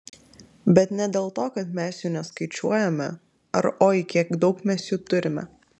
bet ne dėl to kad mes jų neskaičiuojame ar oi kiek daug mes jų turime